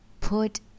put